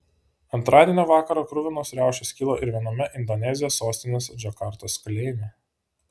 antradienio vakarą kruvinos riaušės kilo ir viename indonezijos sostinės džakartos kalėjime